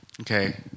Okay